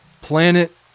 planet